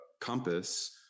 compass